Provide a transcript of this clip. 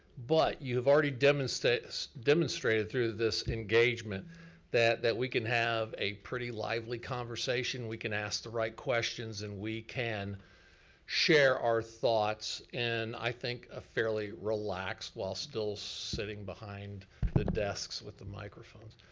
but you have already demonstrated demonstrated through this engagement that that we can have a pretty lively conversation, we can ask the right questions and we can share our thoughts in, i think, a fairly relaxed while still sitting behind the desks with the microphones.